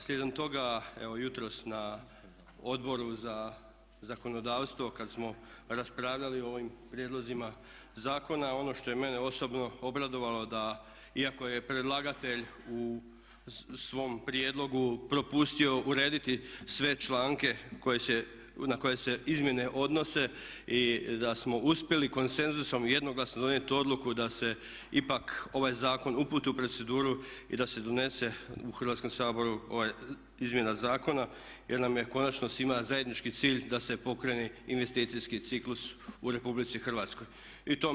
Slijedom toga, evo jutros na Odboru za zakonodavstvo kad smo raspravljali o ovim prijedlozima zakona, ono što je mene osobno obradovalo, da iako je predlagatelj u svom prijedlogu propustio urediti sve članke na koje se izmjene odnose i da smo uspjeli konsenzusom jednoglasno donijeti odluku da se ipak ovaj zakon uputi u proceduru i da se donese u Hrvatskom saboru ova izmjena zakona jer nam je konačno svim zajednički cilj da se pokrene investicijski ciklus u Republici Hrvatskoj.